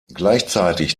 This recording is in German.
gleichzeitig